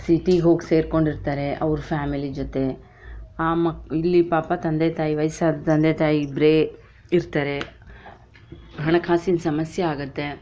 ಸಿಟಿಗೆ ಹೋಗಿ ಸೇರಿಕೊಂಡಿರ್ತಾರೆ ಅವರ ಫ್ಯಾಮಿಲಿ ಜೊತೆ ಆ ಮಕ್ ಇಲ್ಲಿ ಪಾಪ ತಂದೆ ತಾಯಿ ವಯಸ್ಸಾದ ತಂದೆ ತಾಯಿ ಇಬ್ಬರೆ ಇರ್ತಾರೆ ಹಣಕಾಸಿನ ಸಮಸ್ಯೆ ಆಗತ್ತೆ